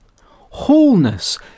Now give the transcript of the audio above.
wholeness